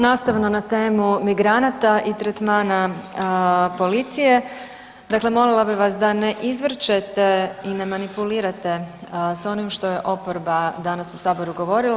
Nastavno na temu migranata i tretmana policije, dakle molila bih vas da ne izvrćete i ne manipulirate sa onim što je oporba danas u Saboru govorila.